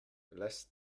lass